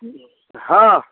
हाँ